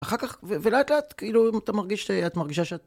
אחר כך, ולאט לאט, כאילו, אם אתה מרגיש ש... את מרגישה שאת...